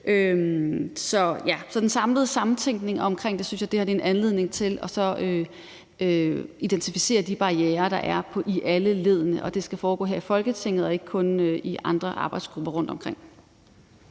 på det og samtænkningen omkring det synes jeg det her er en anledning til, og så skal vi identificere de barrierer, der er i alle leddene, og det skal foregå her i Folketinget og ikke kun rundtomkring